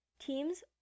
Teams